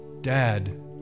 Dad